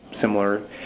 similar